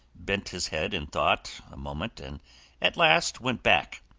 bent his head in thought a moment and at last went back.